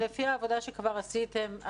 לפי העבודה שכבר עשיתם,